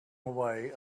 away